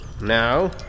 Now